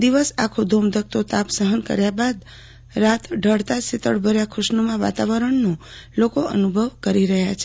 દિવસ આખો ધોમધખતો તાપ સહન કર્યા બાદ રાત ઢળતાંજ શિતળતાભર્યા ખુશનુમા વાતાવરણનો લોકો અનુભવ કરી રહ્યા છે